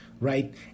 right